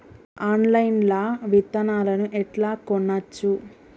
Online లా విత్తనాలను ఎట్లా కొనచ్చు?